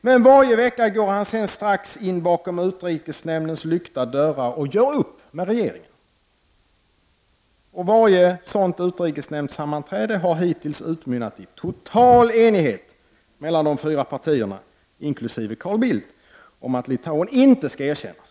Men varje vecka går han strax in bakom utrikesnämndens lyckta dörrar och gör upp med regeringen. Varje sådant utrikesnämndssammanträde har hittills utmynnat i total enighet mellan de fyra partierna, inkl. Carl Bildts, om att Litauen inte skall erkännas.